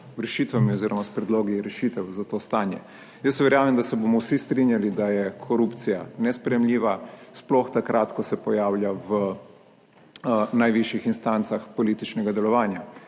z rešitvami oz. s predlogi rešitev za to stanje. Jaz verjamem, da se bomo vsi strinjali, da je korupcija nesprejemljiva, sploh takrat, ko se pojavlja v najvišjih instancah političnega delovanja.